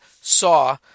saw